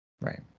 Right